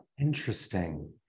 Interesting